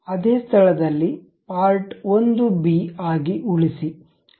ಅದೇ ಸ್ಥಳದಲ್ಲಿ part 1 B ಆಗಿ ಉಳಿಸಿ